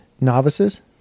novices